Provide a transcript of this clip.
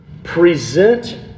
Present